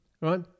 right